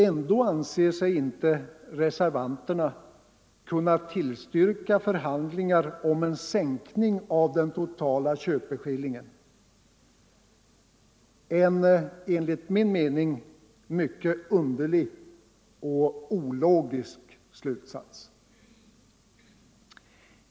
Ändå anser sig inte reservanterna kunna tillstyrka förhandlingar om en sänkning av den totala köpeskillingen — en enligt min mening mycket underlig och ologisk slutsats!